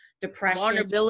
depression